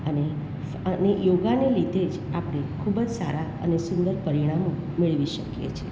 અને અને યોગાને લીધે જ આપણે ખૂબ જ સારા અને સુંદર પરિણામો મેળવી શકીએ છે